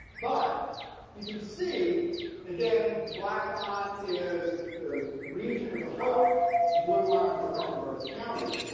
but you can see again the black line is the region as a whole the blue line is mecklenburg county.